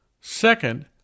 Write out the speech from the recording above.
Second